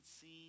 seen